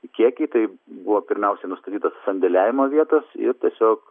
kiekiai tai buvo pirmiausiai nustatytos sandėliavimo vietos ir tiesiog